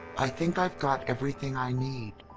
i think i've got everything i need!